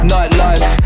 Nightlife